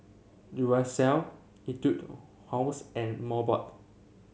Duracell Etude House and Mobot